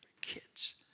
kids